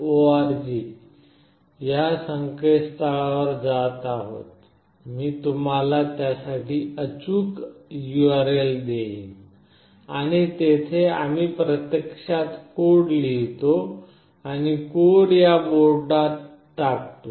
org या संकेतस्थळावर जात आहोत मी तुम्हाला त्यासाठी अचूक URL देईन आणि तेथे आम्ही प्रत्यक्षात कोड लिहीतो आणि कोड या बोर्डात टाकतो